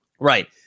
right